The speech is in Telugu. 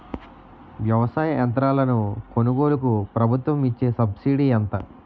వ్యవసాయ యంత్రాలను కొనుగోలుకు ప్రభుత్వం ఇచ్చే సబ్సిడీ ఎంత?